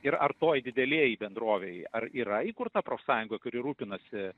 ir ar toj didelėj bendrovėj ar yra įkurta profsąjunga kuri rūpinasi